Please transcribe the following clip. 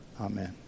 Amen